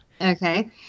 okay